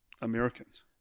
Americans